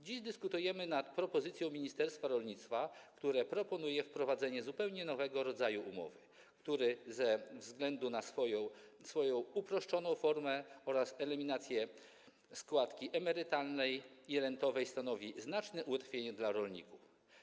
Dziś dyskutujemy nad propozycją ministerstwa rolnictwa, które proponuje wprowadzenie zupełnie nowego rodzaju umowy, który ze względu na swoją uproszczoną formę oraz eliminację składki emerytalnej i rentowej stanowi znaczne ułatwienie dla rolników.